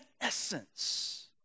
essence